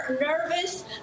nervous